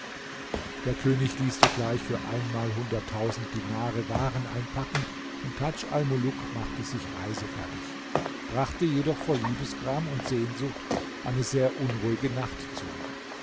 der könig ließ sogleich für einmalhunderttausend dinare waren einpacken und tadj almuluk machte sich reisefertig brachte jedoch vor liebesgram und sehnsucht eine sehr unruhige nacht zu